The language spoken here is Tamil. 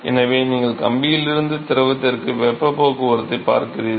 எனவே நீங்கள் கம்பியிலிருந்து திரவத்திற்கு வெப்பப் போக்குவரத்தைப் பார்க்கிறீர்கள்